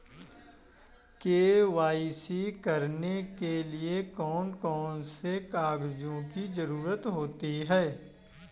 KYC करने के लिए कौन कौन से कागजों की जरूरत होती है?